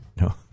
No